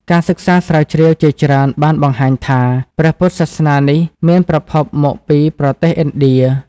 ការសិក្សាស្រាវជ្រាវជាច្រើនបានបង្ហាញថា ព្រះពុទ្ធសាសនានេះមានប្រភពមកពីប្រទេសឥណ្ឌា។